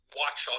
watch